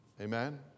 Amen